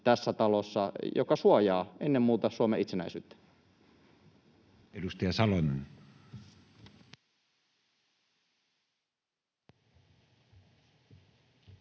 lain, joka suojaa ennen muuta Suomen itsenäisyyttä. Edustaja Salonen.